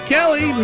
Kelly